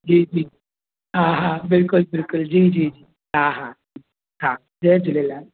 जी जी हा हा बिल्कुलु बिल्कुलु जी जी हा हा हा जय झूलेलाल